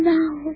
now